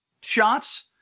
shots